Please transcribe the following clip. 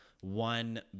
one